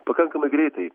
pakankamai greitai